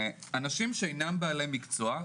אנשים שאינם בעלי מקצוע,